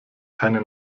keine